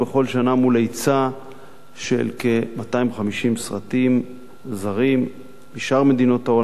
שנה מול היצע של כ-250 סרטים זרים משאר מדינות העולם.